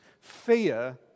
fear